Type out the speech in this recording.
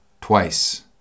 twice